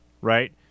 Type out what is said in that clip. right